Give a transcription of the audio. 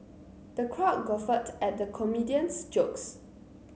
the crowd guffawed at the comedian's jokes